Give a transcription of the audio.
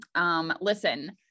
listen